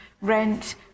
rent